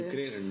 சொல்லு:sollu